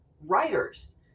writers